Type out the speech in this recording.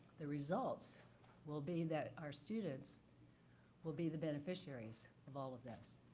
the results will be that our students will be the beneficiaries of all of this.